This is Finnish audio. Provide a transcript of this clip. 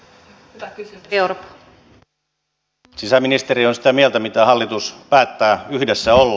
sisäministeri on sitä mieltä mitä hallitus päättää yhdessä olla